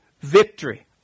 victory